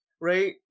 Right